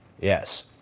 Yes